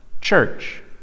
church